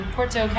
Porto